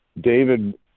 David